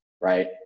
Right